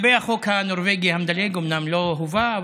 החוק הנורבגי המדלג אומנם לא הובא,